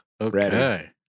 Okay